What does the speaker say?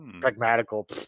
pragmatical